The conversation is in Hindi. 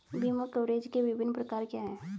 बीमा कवरेज के विभिन्न प्रकार क्या हैं?